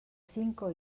cinco